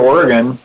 Oregon